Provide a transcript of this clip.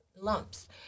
lumps